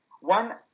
One